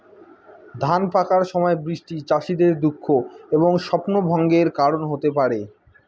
ধান পাকার সময় বৃষ্টি চাষীদের দুঃখ এবং স্বপ্নভঙ্গের কারণ হতে পারে